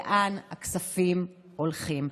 לאן הכספים הולכים.